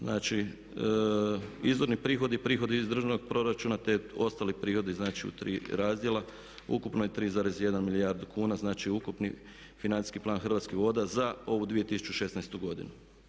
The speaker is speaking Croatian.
Znači, izvorni prihodi, prihodi iz državnog proračuna te ostali prihodi znači u tri razdjela ukupno je 3,1 milijardu kuna znači ukupni financijski plan Hrvatskih voda za ovu 2016.godinu.